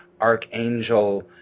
archangel